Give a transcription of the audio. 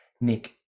Nick